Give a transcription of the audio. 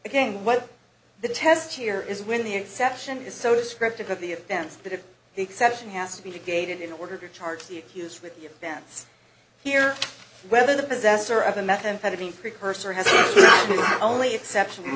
again what the test here is when the exception is so descriptive of the events that if the exception has to be negated in order to charge the accused with your pants here whether the possessor of the methamphetamine precursor has only exception